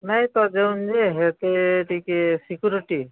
ନାଇଁ ତ ଯଉନ୍ ଯେ ହେତେ ଟିକେ ସିକ୍ୟୁରିଟି